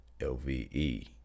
LVE